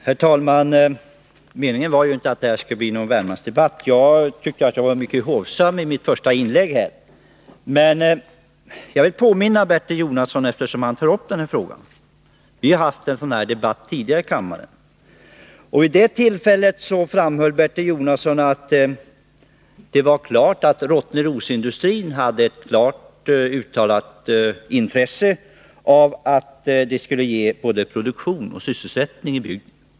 Herr talman! Meningen var ju inte att det här skulle bli någon Värmlandsdebatt. Jag tyckte att jag i mitt första inlägg var mycket hovsam. Bertil Jonasson och jag har tidigare haft en sådan här debatt här i kammaren. Eftersom Bertil Jonasson nu tar upp den här frågan vill jag påminna honom om att han vid det tillfället framhöll att Rottnerosindustrin hade ett klart uttalat intresse av att det skulle ges både produktion och sysselsättning i bygden.